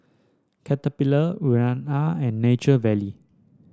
Caterpillar Urana and Nature Valley